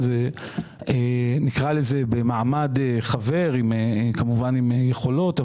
נקרא להם שהם במעמד חבר וכמובן עם יכולות,